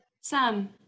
Sam